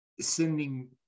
sending